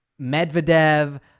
Medvedev